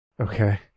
Okay